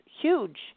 huge